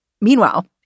Meanwhile